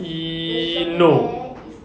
!ee! no